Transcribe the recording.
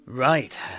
Right